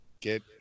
get